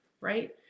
right